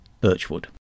Birchwood